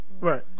right